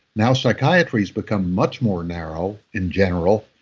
now, psychiatry's become much more narrow, in general,